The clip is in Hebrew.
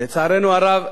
לצערנו הרב,